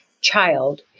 child